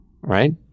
Right